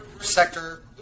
sector